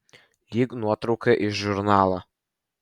lyg nuotrauka iš žurnalo